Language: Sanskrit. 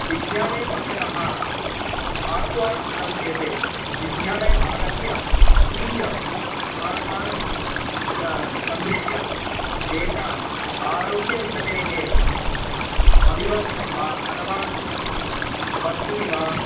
विध्यालयपक्षतः आह्वानं कृतं चेत् विध्यालयम् आगत्य स्वीयबालकान् द्र सन्दृश्य तेषाम् आरोग्यस्य उन्नतेः अभिवर्धनं वा अथवा वस्तूनि वा